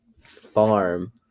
farm